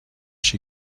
she